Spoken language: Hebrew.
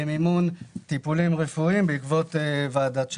למימון טיפולים רפואיים בעקבות ועדת שני.